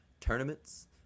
tournaments